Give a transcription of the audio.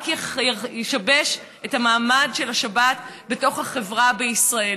רק ישבש את המעמד של השבת בתוך החברה בישראל.